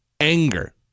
anger